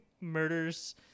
murders